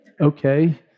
okay